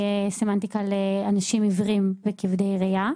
שתהיה הגדרה מדויקת של "אנשים עיוורים וכבדי ראייה",